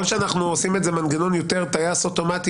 שאנחנו עושים את זה מנגנון טייס אוטומטי,